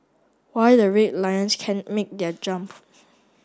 why the Red Lions can make their jump